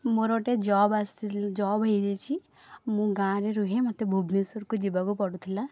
ମୋର ଗୋଟେ ଜବ୍ ଆସିଥିଲି ଜବ୍ ହେଇଯାଇଛି ମୁଁ ଗାଁରେ ରୁହେ ମୋତେ ଭୁବନେଶ୍ୱରକୁ ଯିବାକୁ ପଡ଼ୁଥିଲା